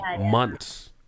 months